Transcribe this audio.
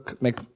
make